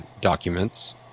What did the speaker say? documents